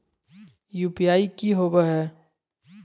UPI की होबो है?